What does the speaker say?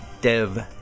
Dev